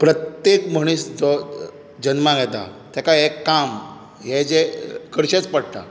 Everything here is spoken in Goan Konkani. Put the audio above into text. प्रत्येक मनीस जो जल्माक येता ताका एक काम हें जें करचेंच पडटा